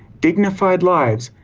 dignified lives,